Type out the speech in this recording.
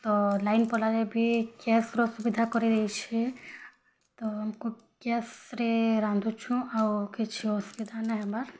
ତ ଲାଇନ୍ ପଲେଇଲେ ବି ଗ୍ୟାସ୍ର ଅସୁବିଧା କରେଇ ଦେଇଛି ତ ଆମକୁ ଗ୍ୟାସ୍ରେ ରାନ୍ଧୁଛୁ ଆଉ କିଛି ଅସୁବିଧା ନାଇ ହବାର୍